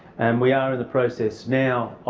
and we are in the process now